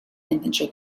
infantry